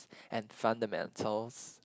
and fundamentals